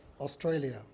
Australia